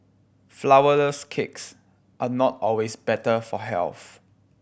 flourless cakes are not always better for health